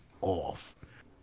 off